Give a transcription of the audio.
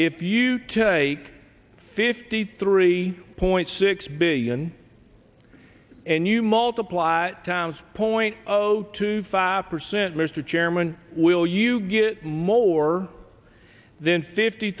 if you take fifty three point six billion and you multiply times point zero to five percent mr chairman will you get more than fifty